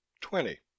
Twenty